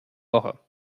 woche